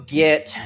get